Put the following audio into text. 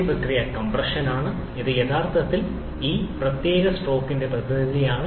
ആദ്യ പ്രക്രിയ കംപ്രഷൻ ആണ് ഇത് യഥാർത്ഥത്തിൽ ഈ പ്രത്യേക സ്ട്രോക്കിന്റെ പ്രതിനിധിയാണ്